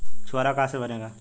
छुआरा का से बनेगा?